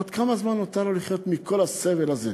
עוד כמה זמן נותר לו לחיות עם כל הסבל הזה?